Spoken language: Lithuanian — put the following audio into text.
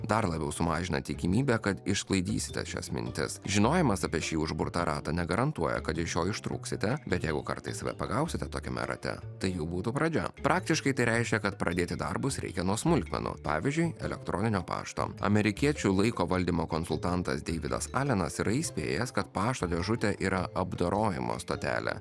dar labiau sumažina tikimybę kad išsklaidysite šias mintis žinojimas apie šį užburtą ratą negarantuoja kad iš jo ištrūksite bet jeigu kartais bepagausite tokiame rate tai būtų pradžia praktiškai tai reiškia kad pradėti darbus reikia nuo smulkmenų pavyzdžiui el pašto amerikiečių laiko valdymo konsultantas deividas alenas yra įspėjęs kad pašto dėžutė yra apdorojimo stotelę